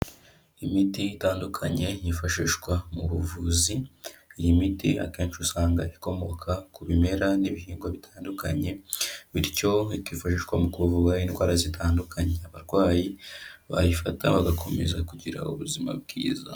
Imiti itandukanye yifashishwa mu buvuzi, iyi miti akenshi usanga ikomoka ku bimera n'ibihingwa bitandukanye, bityo bikifashishwa mu kuvura indwara zitandukanye. Abarwayi bayifata bagakomeza kugira ubuzima bwiza.